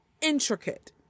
intricate